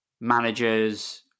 managers